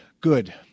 Good